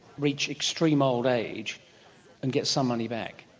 reach extreme old age and get some money back.